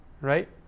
Right